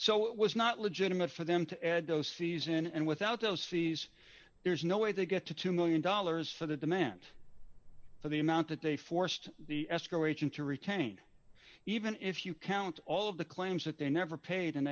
so it was not legitimate for them to add those fees and without those fees there's no way they get to two million dollars for the demand but the amount that they forced the escrow agent to retain even if you count all of the claims that they never paid and